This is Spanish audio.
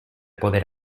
poder